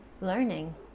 learning